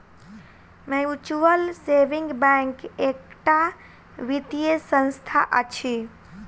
mutual saving bank एकटा वित्तीय संस्था अछि